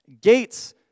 Gates